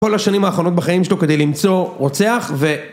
כל השנים האחרונות בחיים שלו כדי למצוא רוצח ו...